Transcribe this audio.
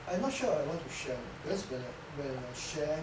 I not sure I want to share or not because when I when I share